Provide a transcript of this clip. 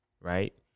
Right